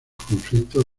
conflictos